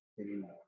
anymore